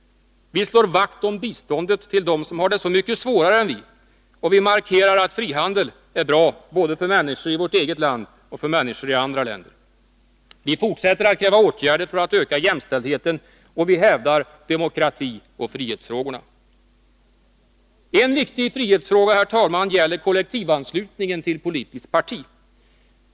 Vi slår vakt om biståndet till dem som har det så mycket svårare än vi, och vi markerar att frihandel är bra både för människor i vårt eget land och för människor i andra länder. Vi fortsätter att kräva åtgärder för att öka jämställdheten, och vi hävdar demokratioch frihetsfrågorna. En viktig frihetsfråga, herr talman, gäller kollektivanslutningen till politiskt parti.